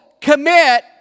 commit